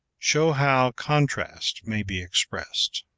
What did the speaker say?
show how contrast may be expressed.